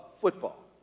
football